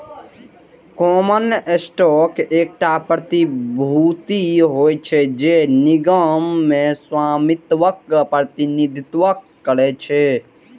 common stock एकटा प्रतिभूति होइ छै, जे निगम मे स्वामित्वक प्रतिनिधित्व करै छै